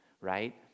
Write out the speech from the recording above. right